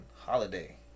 holiday